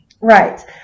Right